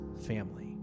family